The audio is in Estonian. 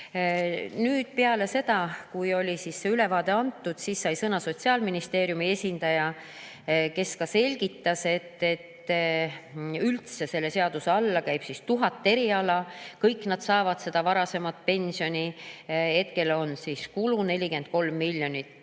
Peale seda, kui oli see ülevaade antud, sai sõna Sotsiaalministeeriumi esindaja, kes selgitas, et üldse selle seaduse alla käib tuhat eriala. Kõik nad saavad varasemalt pensionile. Hetkel on kulu 43 miljonit